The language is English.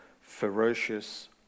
ferocious